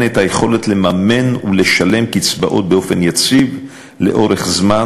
את היכולת לממן ולשלם קצבאות באופן יציב ולאורך זמן,